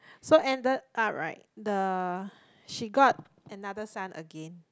so ended up right the she got another son again